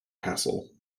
castle